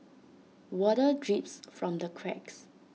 water drips from the cracks